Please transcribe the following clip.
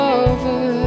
over